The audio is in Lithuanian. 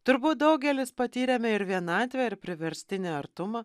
turbūt daugelis patyrėme ir vienatvę ir priverstinį artumą